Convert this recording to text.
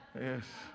Yes